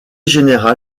général